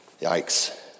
Yikes